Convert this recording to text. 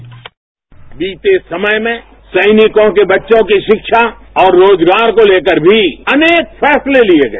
bite बीते समय में सैनिकों के बच्चों की शिक्षा और रोजगार को लेकर भी अनेक फैसले लिए गए